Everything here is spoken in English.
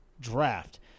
draft